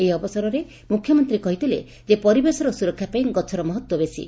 ଏହି ଅବସରରେ ମୁଖ୍ୟମନ୍ତୀ କହିଥିଲେ ଯେ ପରିବେଶର ସ୍ବରକ୍ଷା ପାଇଁ ଗଛର ମହତ୍ୱ ବେଶି